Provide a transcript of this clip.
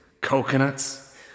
Coconuts